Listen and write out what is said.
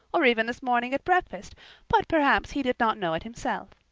or even this morning at breakfast but perhaps he did not know it himself.